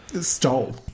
Stole